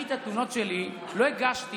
אני, את התלונות שלי לא הגשתי